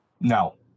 no